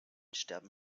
sterben